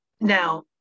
now